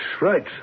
right